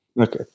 Okay